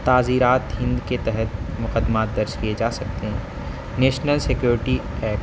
تعزیرات ہند کے تحت مقدمات درج کیے جا سکتے ہیں نیشنل سیکیورٹی ایکٹ